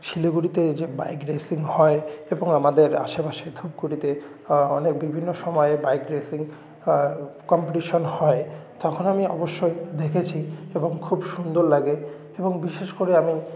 শিলিগুড়িতে এই যো বাইক রেসিং হয় এবং আমাদের আশেপাশের ধুপগুড়িতে অনেক বিভিন্ন সময়ে বাইক রেসিং কম্পিটিশান হয় তখন আমি অবশ্যই দেখেছি এবং খুব সুন্দর লাগে এবং বিশেষ করে আমি